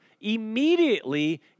immediately